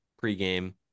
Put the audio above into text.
pre-game